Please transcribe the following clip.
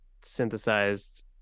synthesized